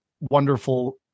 wonderful